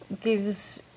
gives